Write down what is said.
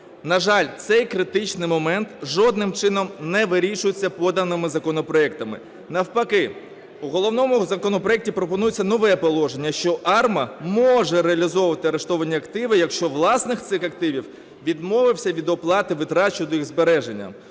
На жаль, цей критичний момент жодним чином не вирішується поданими законопроектами. Навпаки, у головному законопроекті пропонується нове положення, що АРМА може реалізовувати арештовані активи, якщо власник цих активів відмовився від оплат витрат щодо їх збереження.